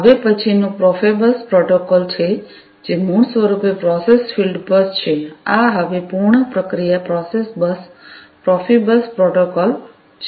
હવે પછીનું Profibus protocol છે જે મૂળરૂપે પ્રોસેસ ફીલ્ડ બસ છે આ હવે પૂર્ણ પ્રક્રિયા પ્રોસેસ બસ પ્રોફિબસ પ્રોટોકોલ છે